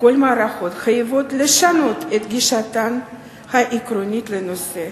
חייבות לשנות את גישתן העקרונית לנושא.